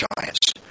giants